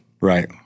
Right